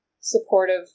supportive